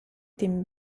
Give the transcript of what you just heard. team